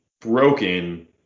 broken